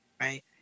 Right